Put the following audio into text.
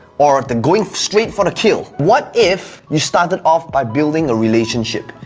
or the going straight for the kill. what if you started off by building a relationship?